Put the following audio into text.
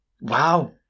Wow